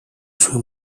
suoi